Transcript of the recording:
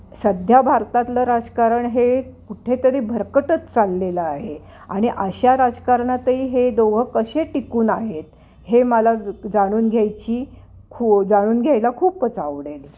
सध्या भारतातलं राजकारण हे कुठेतरी भरकटत चाललेलं आहे आणि अशा राजकारणातही हे दोघं कसे टिकून आहेत हे मला जाणून घ्यायची खूप जाणून घ्यायला खूपच आवडेल